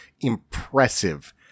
impressive